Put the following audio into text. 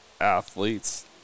athletes